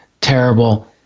terrible